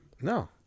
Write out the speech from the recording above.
No